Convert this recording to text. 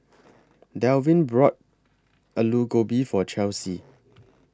Delwin bought Alu Gobi For Chelsey